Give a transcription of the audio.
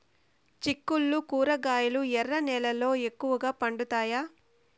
చిక్కుళ్లు కూరగాయలు ఎర్ర నేలల్లో ఎక్కువగా పండుతాయా